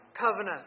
covenant